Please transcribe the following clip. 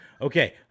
okay